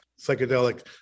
psychedelic